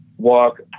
Walk